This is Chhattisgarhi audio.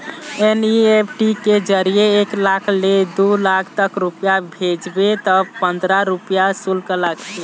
एन.ई.एफ.टी के जरिए एक लाख ले दू लाख तक रूपिया भेजबे त पंदरा रूपिया सुल्क लागथे